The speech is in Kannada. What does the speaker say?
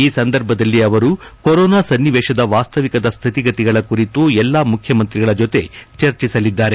ಈ ಸಂದರ್ಭದಲ್ಲಿ ಅವರು ಕೊರೊನಾ ಸನ್ನಿವೇಶದ ವಾಸ್ತವಿಕದ ಸ್ಥಿತಿಗತಿಗಳ ಕುರಿತು ಎಲ್ಲಾ ಮುಖ್ಯಮಂತ್ರಿಗಳ ಜೊತೆ ಚರ್ಚಿಸಲಿದ್ದಾರೆ